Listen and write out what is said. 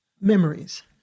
Memories